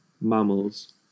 mammals